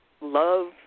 love